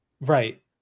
right